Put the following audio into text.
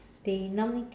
they normally